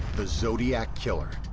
the zodiac killer.